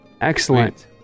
Excellent